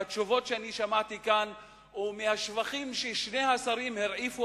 מהתשובות שאני שמעתי כאן ומהשבחים ששני השרים הרעיפו